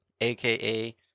aka